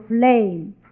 flame